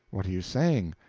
what are you saying?